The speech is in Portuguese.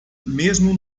mesmo